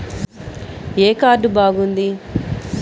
ఏ card బాగుంది?